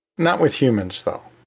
not with humans, though.